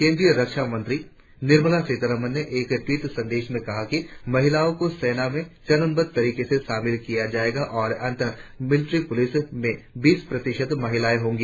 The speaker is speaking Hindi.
केंद्रीय रक्षा मंत्री निर्मला सीतारमण ने कल एक टवीट संदेश में कहा कि महिलाओ को सेना में चरणबद्ध तरीके से शामिल किया जाएगा और अंतत मिलिट्री पुलिस में बीस प्रतिशत महिलाएं होंगी